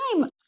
time